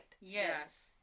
Yes